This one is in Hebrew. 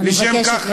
אני מבקשת לסיים.